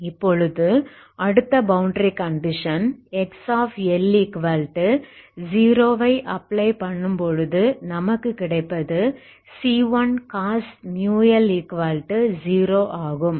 இப்பொழுது அடுத்த boundary condition XL0 வை அப்ளை பண்ணும்பொழுது நமக்கு கிடைப்பது c1cos μL 0 ஆகும்